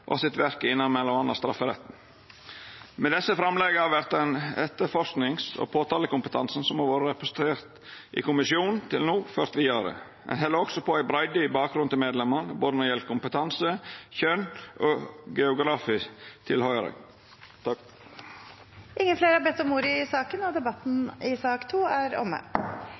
og har sitt virke innan m.a. strafferetten. Med desse framlegga vert den etterforskings- og påtalekompetansen som har vore representert i kommisjonen til no, ført vidare. Ein held også på ei breidde i bakgrunnen til medlemene, når det gjeld både kompetanse, kjønn og geografisk tilhøyring. Flere har ikke bedt om ordet til sak nr. 2. Etter ønske fra utenriks- og forsvarskomiteen vil presidenten ordne debatten